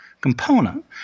component